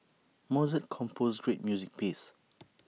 Mozart composed great music pieces